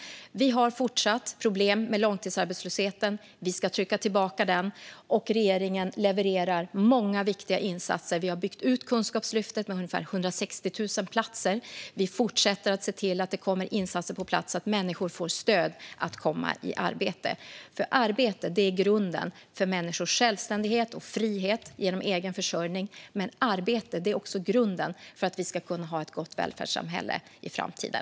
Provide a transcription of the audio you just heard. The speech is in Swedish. Vi har fortsatt problem med långtidsarbetslösheten, men vi ska trycka tillbaka den. Regeringen levererar många viktiga insatser. Vi har byggt ut Kunskapslyftet med ungefär 160 000 platser, och vi fortsätter att se till att det kommer insatser på plats så att människor får stöd att komma i arbete. Arbete är nämligen grunden för människors självständighet och frihet genom egen försörjning. Men arbete är också grunden för att vi ska kunna ha ett gott välfärdssamhälle i framtiden.